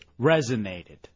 Resonated